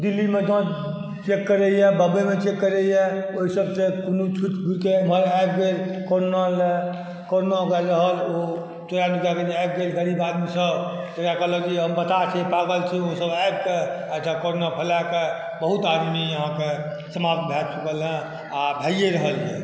दिल्लीमे जॅं चेक करया बम्बईमे चेक करया ओहिसभसे कोनो छूति घूरिकऽ एम्हर आबि गेल करोना लऽ रहल करोना वला रहल ओ ट्रैन गाड़ीमे आबि गेल गरीब आदमीसभ जेकरा कहलक ई बताह छै पागल छै ओ सभ आबिकऽ एहिठाम करोना फैलाकऽ बहुत आदमी अहाँके समाप्त भऽ चुकल यऽ आ भयै रहल अछि